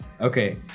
okay